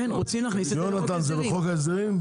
יונתן, זה בחוק ההסדרים?